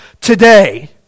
today